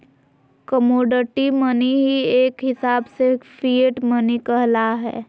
commodity money ही एक हिसाब से फिएट मनी कहला हय